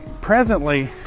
presently